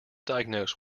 diagnosed